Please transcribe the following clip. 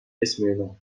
اسمیرنوو